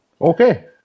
okay